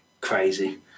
Crazy